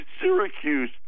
Syracuse